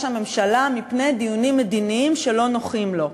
הממשלה מפני דיונים מדיניים שלא נוחים לו?